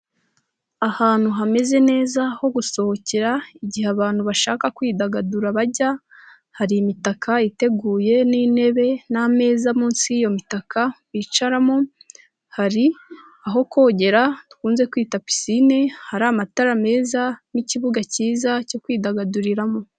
Ahantu hameze neza ho gusohokera, igihe abantu bashaka kwidagadura bajya, hari imitaka iteguye n'intebe n'ameza munsi y'iyo mitaka bicaramo. Hari aho kogera dukunze kwita pisine hari amatara meza n'ikibuga cyiza cyo kwidagaduriramo.